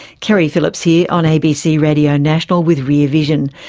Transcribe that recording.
keri phillips here on abc radio national with rear vision,